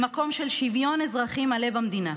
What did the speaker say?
למקום של שוויון אזרחי מלא במדינה.